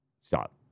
stop